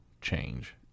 change